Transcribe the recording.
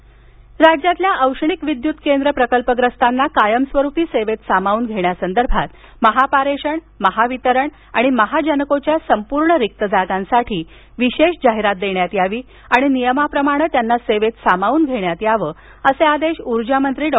नितीन राऊत राज्यातल्या औष्णिक विद्युत केंद्र प्रकल्पग्रस्तांना कायमस्वरूपी सेवेत सामावून घेण्यासंदर्भात महापारेषण महावितरण आणि महाजनकोच्या संपूर्ण रिक्त जागांसाठी विशेष जाहिरात देण्यात यावी आणि नियमाप्रमाणं त्यांना सेवेत सामावून घेण्यात यावं असे आदेश ऊर्जामंत्री डॉ